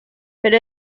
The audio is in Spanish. pero